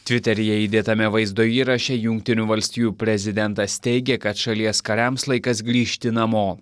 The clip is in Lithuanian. tviteryje įdėtame vaizdo įraše jungtinių valstijų prezidentas teigė kad šalies kariams laikas grįžti namo